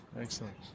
Excellent